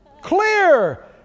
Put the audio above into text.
clear